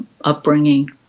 upbringing